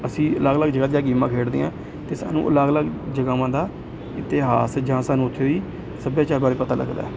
ਅਸੀਂ ਅਲੱਗ ਅਲੱਗ ਜਗ੍ਹਾ 'ਚ ਜਾ ਕੇ ਗੇਮਾਂ ਖੇਡਦੇ ਹਾਂ ਅਤੇ ਸਾਨੂੰ ਅਲੱਗ ਅਲੱਗ ਜਗ੍ਹਾਵਾਂ ਦਾ ਇਤਿਹਾਸ ਜਾਂ ਸਾਨੂੰ ਉੱਥੇ ਦੀ ਸੱਭਿਆਚਾਰ ਬਾਰੇ ਪਤਾ ਲੱਗਦਾ